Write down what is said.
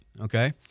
Okay